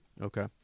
okay